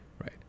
right